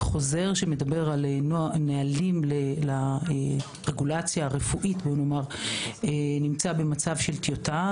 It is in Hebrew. חוזר שמדבר על נהלים לרגולציה הרפואית נמצא במצב של טיוטה.